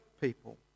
people